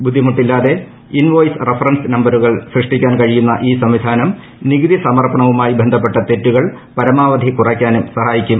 ബുദ്ധിമുട്ടില്ലാതെ invoice reference നമ്പറുകൾ സൃഷ്ടിക്കാൻ കഴിയുന്ന ഈ സംവിധാനം നികുതി സമർപ്പണവുമായി ബന്ധപ്പെട്ട തെറ്റുകൾ പരമാവധി കുറയ്ക്കാനും സഹായിക്കും